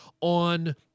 on